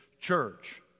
church